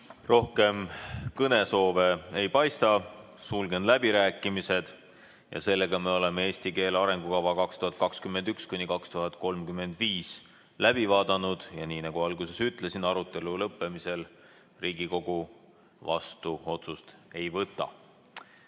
Rohkem kõnesoove ei paista, sulgen läbirääkimised. Oleme "Eesti keele arengukava 2021–2035" läbi arutanud. Ja nii nagu ma alguses ütlesin, arutelu lõppemisel Riigikogu otsust vastu ei võta.